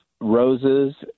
roses